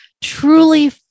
truly